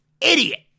idiot